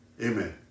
Amen